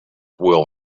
will